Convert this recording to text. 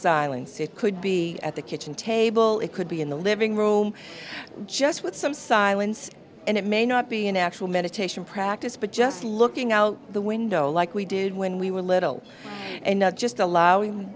silence it could be at the kitchen table it could be in the living room just with some silence and it may not be an actual meditation practice but just looking out the window like we did when we were little and not just allowing